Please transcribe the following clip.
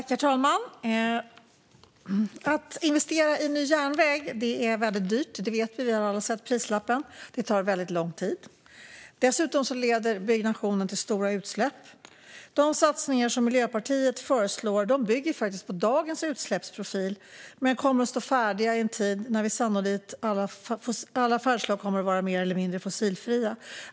Herr talman! Att investera i ny järnväg är väldigt dyrt. Vi har alla sett prislappen. Det tar också väldigt lång tid. Dessutom leder byggnationen till stora utsläpp. De satsningar som Miljöpartiet föreslår bygger på dagens utsläppsprofil men kommer att stå färdiga i en tid när sannolikt alla färdslag kommer att vara mer eller mindre fossilfria.